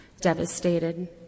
devastated